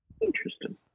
Interesting